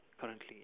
currently